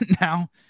now